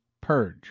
purge